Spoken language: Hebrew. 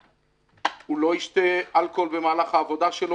הוא לא ישתה אלכוהול במהלך העבודה שלו,